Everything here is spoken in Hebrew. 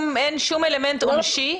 אין שום אלמנט עונשי.